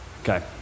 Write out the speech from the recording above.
Okay